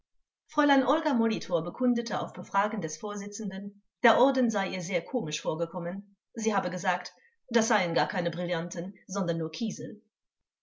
fräulein olga molitor bekundete auf befragen des vorsitzenden der orden sei ihr sehr komisch vorgekommen sie habe gesagt das seien gar keine brillanten sondern nur